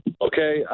okay